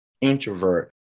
introvert